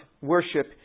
worship